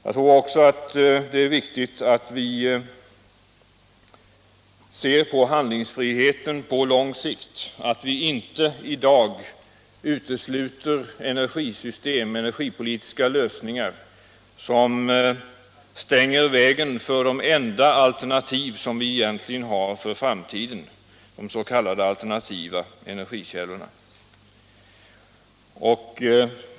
Jag tror också att det är viktigt att vi ser på handlingsfriheten på lång sikt, att vi inte i dag utesluter energisystem och energipolitiska lösningar eller stänger vägen för de enda alternativ vi egentligen har för framtiden, de s.k. förnyelsebara energikällorna.